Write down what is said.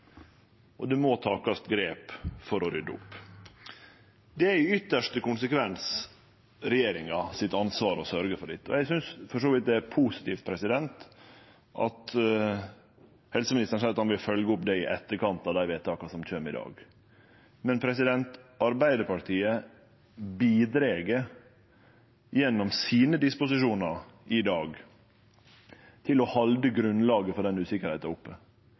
og det må takast grep for å rydde opp. Det er i ytste konsekvens regjeringa sitt ansvar å sørgje for dette, og eg synest for så vidt det er positivt at helseministeren seier han vil følgje opp det i etterkant av dei vedtaka som kjem i dag. Men Arbeidarpartiet bidreg gjennom sine disposisjonar i dag til å halde grunnlaget for den usikkerheita oppe,